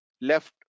left